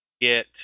get